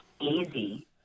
easy